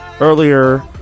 Earlier